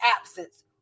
absence